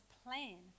plan